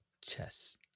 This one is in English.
Chess